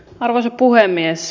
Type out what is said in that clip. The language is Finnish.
arvoisa puhemies